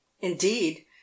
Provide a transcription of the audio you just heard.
indeed